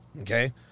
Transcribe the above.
okay